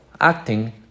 acting